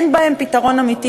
אין בהן פתרון אמיתי,